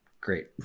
Great